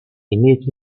имеют